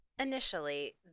Initially